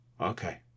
okay